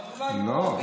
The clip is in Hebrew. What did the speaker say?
אבל אולי פה,